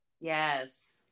Yes